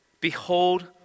Behold